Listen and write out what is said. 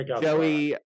Joey